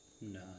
No